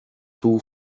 two